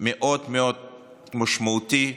מאוד-מאוד משמעותי,